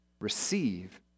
receive